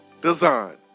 design